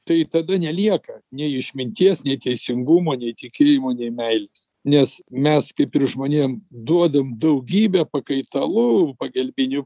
tai tada nelieka nei išminties nei teisingumo nei tikėjimo nei meilės nes mes kaip ir žmonėm duodam daugybę pakaitalų pagalbinių